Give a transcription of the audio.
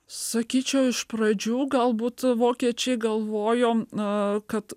sakyčiau iš pradžių galbūt vokiečiai galvojom na kad